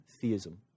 theism